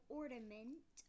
ornament